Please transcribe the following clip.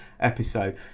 episode